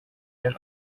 and